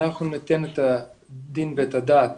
אנחנו ניתן את הדין ואת הדעת